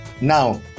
Now